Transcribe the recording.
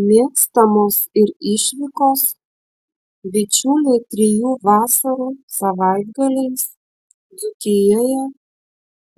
mėgstamos ir išvykos bičiuliai trijų vasarų savaitgaliais dzūkijoje